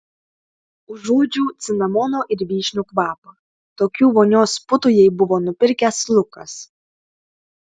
užuodžiau cinamono ir vyšnių kvapą tokių vonios putų jai buvo nupirkęs lukas